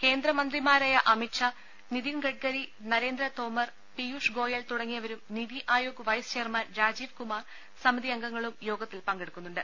കേന്ദ്ര മന്ത്രിമാരായ അമിത്ഷാ നിതിൻ ഗഡ്കരി നരേന്ദ്രതോമർ പിയൂഷ് ഗോയൽ തുടങ്ങിയവരും നിതിആയോഗ് വൈസ് ചെയർമാൻ രാജീവ് കുമാർ സമിതി അംഗങ്ങളും യോഗത്തിൽ പങ്കെടു ക്കുന്നുണ്ട്